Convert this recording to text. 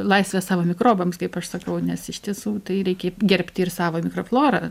laisvę savo mikrobams kaip aš sakau nes iš tiesų tai reikia gerbti ir savo mikroflorą